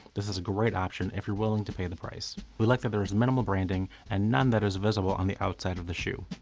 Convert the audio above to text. this is a great option, if you're willing to pay the price. we like that there is minimal branding and none that is visible on the outside of the shoe.